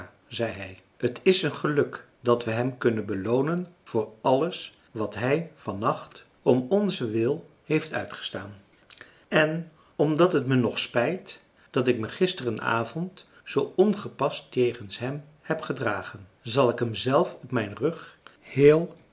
zei hij t is een geluk dat we hem kunnen beloonen voor alles wat hij van nacht om onzentwil heeft uitgestaan en omdat het me nog spijt dat ik me gisteren avond zoo ongepast jegens hem heb gedragen zal ik hem zelf op mijn rug heel